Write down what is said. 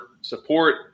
support